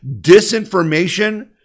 disinformation